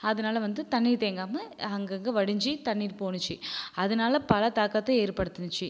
அதனால் வந்து தண்ணீர் தேங்காமல் அங்கங்கே வடிஞ்சு தண்ணீர் போனுச்சு அதனால் பல தாக்கத்தை ஏற்படுத்துனுச்சு